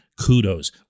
Kudos